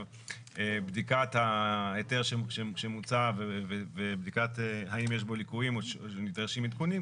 בדיקת ההיתר שמוצע האם יש בו ליקויים או נדרשים עדכונים.